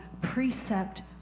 precept